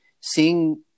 seeing